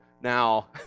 Now